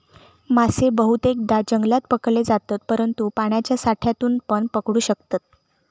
मासे बहुतेकदां जंगलात पकडले जातत, परंतु पाण्याच्या साठ्यातूनपण पकडू शकतत